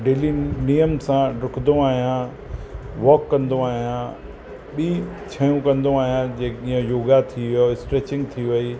daily नेम सां डुकंदो आहियां वॉक कंदो आहियां ॿीं शयूं कंदो आहियां जंहिं जीअं योगा थी वियो स्ट्रेचिंग थी वई